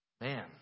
Man